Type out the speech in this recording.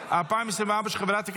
הצעת חוק חסינות חברי הכנסת,